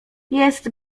jest